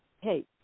hey